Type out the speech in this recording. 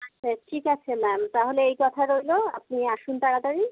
আচ্ছা ঠিক আছে ম্যাম তাহলে এই কথা রইলো আপনি আসুন তাড়াতাড়ি